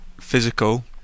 physical